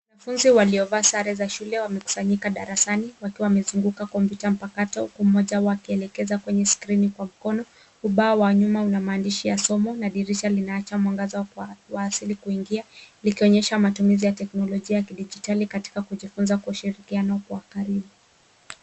Wanafunzi waliovaa sare za shule wamekusanyika darasani wakiwa wamezunguka kompyuta mpakato huku mmoja wao akielekeza kwenye skrini kwa mkono. Ubao wa nyuma una maandisha ya somo na dirisha linaacha mwangaza wa asili kuingia likionyesha matumizi ya teknolojia ya kidijitali katika kujifunza kwa ushirikiano wa karibu.